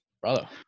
brother